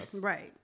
Right